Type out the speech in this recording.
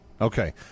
Okay